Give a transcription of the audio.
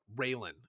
Raylan